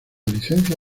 licencia